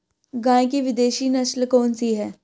गाय की विदेशी नस्ल कौन सी है?